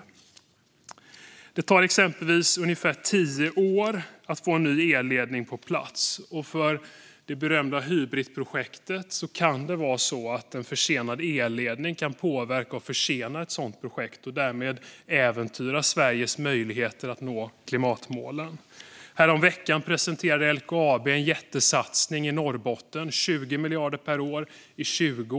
Exempelvis tar det ungefär tio år att få en ny elledning på plats. För det berömda Hybritprojektet kan en försenad elledning påverka och försena projektet och därmed äventyra Sveriges möjligheter att nå klimatmålen. Häromveckan presenterade LKAB en jättesatsning i Norrbotten: 20 miljarder per år i 20 år.